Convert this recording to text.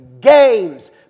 games